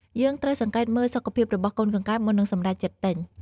ហើយត្រូវសង្កេតមើលសុខភាពរបស់កូនកង្កែប មុននឹងសម្រេចចិត្តទិញ។